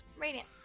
Radiant